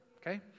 Okay